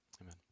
Amen